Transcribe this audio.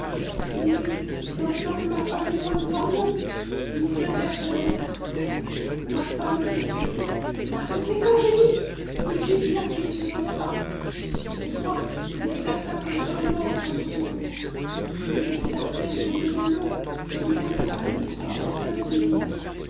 une nuit dans le temps que ma femme et moi nous dormions ils nous jetèrent à la mer ma femme était fée et par conséquent génie vous jugez bien qu'elle ne se noya pas pour moi il est certain que je serais mort sans son secours mais je fus à peine tombé dans l'eau qu'elle m'enleva et me transporta dans une île